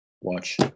watch